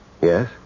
Yes